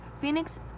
Phoenix